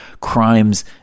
Crimes